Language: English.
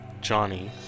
Johnny